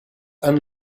and